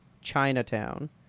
Chinatown